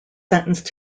sentenced